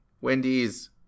Wendy's